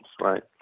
right